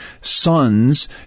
sons